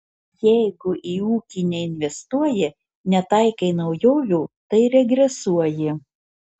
jeigu į ūkį neinvestuoji netaikai naujovių tai regresuoji